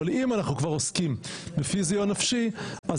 אבל אם אנחנו כבר עוסקים בפיזי או נפשי אז